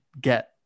get